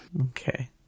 okay